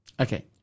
Okay